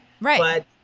Right